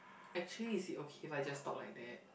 actually is it okay if I just talk like that